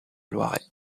loiret